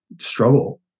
struggle